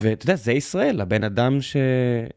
ואתה יודע, זה ישראל, הבן אדם ש...